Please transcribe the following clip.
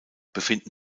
befinden